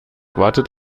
wartet